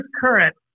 current